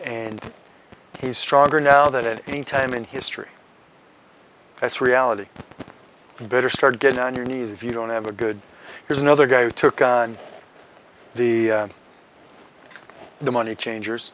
and he's stronger now than at any time in history that's reality and better start getting on your knees if you don't have a good here's another guy who took the the money change